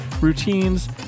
routines